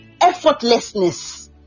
effortlessness